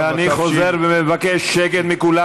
אני חוזר ומבקש שקט מכולם.